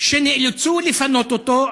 נאלצו לפנות אותו,